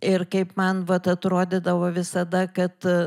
ir kaip man vat atrodydavo visada kad